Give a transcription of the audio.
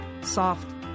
soft